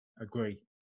agree